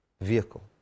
vehicle